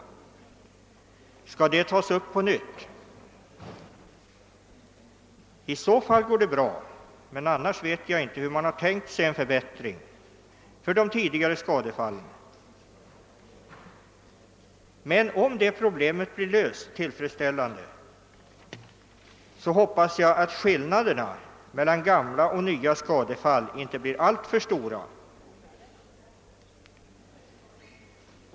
Skall de tas upp på nytt? I så fall går det bra, men annars vet jag inte hur utskottet har tänkt sig att en förbättring skall kunna genomföras beträffande de tidigare skadefallen. Om det problemet blir löst tillfredsställande, hoppas jag att skillnaderna mellan gamla och nya skadefall inte blir alltför stora.